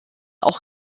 auch